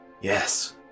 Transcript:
Yes